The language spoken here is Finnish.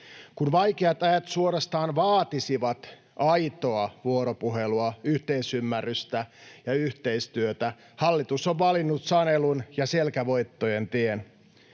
Kun vaikeat ajat suorastaan vaatisivat aitoa vuoropuhelua, yhteisymmärrystä ja yhteistyötä, hallitus on valinnut sanelun ja selkävoittojen tien.